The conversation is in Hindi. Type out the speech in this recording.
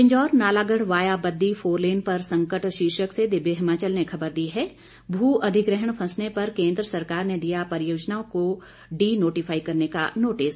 पिंजौर नालागढ़ वाया बददी फोरलेन पर संकट शीर्षक से दिव्य हिमाचल ने खबर दी है मू अधिग्रहण फंसने पर केंद्र सरकार ने दिया परियोजना को डी नोटिफाई करने का नोटिस